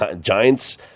Giants